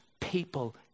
people